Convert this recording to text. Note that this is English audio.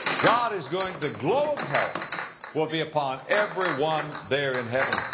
god is going, the glow of health will be upon everyone there in heaven.